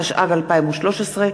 התשע"ג 2013,